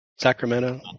Sacramento